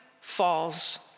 falls